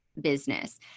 business